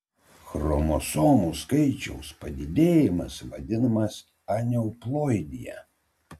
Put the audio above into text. chromosomų skaičiaus padidėjimas vadinamas aneuploidija